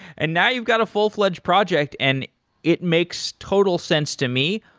and now you've got a full-fledged project and it makes total sense to me.